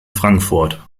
frankfurt